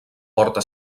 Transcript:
porta